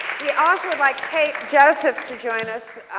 we also would like kate joseph to join us.